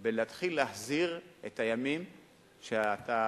בלהתחיל להחזיר את הימים שאתה,